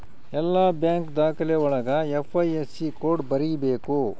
ಎಲ್ಲ ಬ್ಯಾಂಕ್ ದಾಖಲೆ ಒಳಗ ಐ.ಐಫ್.ಎಸ್.ಸಿ ಕೋಡ್ ಬರೀಬೇಕು